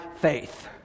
faith